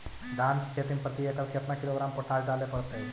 धान की खेती में प्रति एकड़ केतना किलोग्राम पोटास डाले पड़तई?